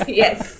yes